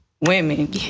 women